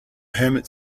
hermit